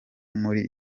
muri